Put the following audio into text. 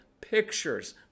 pictures